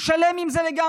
הוא שלם עם זה לגמרי.